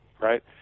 right